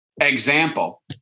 Example